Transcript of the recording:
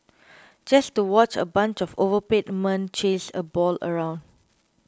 just to watch a bunch of overpaid men chase a ball around